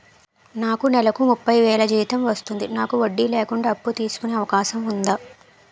నాకు నేలకు ముప్పై వేలు జీతం వస్తుంది నాకు వడ్డీ లేకుండా అప్పు తీసుకునే అవకాశం ఉందా